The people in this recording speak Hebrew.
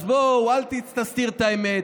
אז בואו, אל תסתירו את האמת.